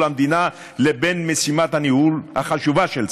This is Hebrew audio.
המדינה לבין משימת הניהול החשובה של צה"ל.